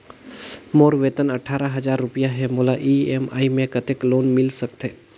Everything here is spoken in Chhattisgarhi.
मोर वेतन अट्ठारह हजार रुपिया हे मोला ई.एम.आई मे कतेक लोन मिल सकथे?